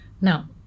Now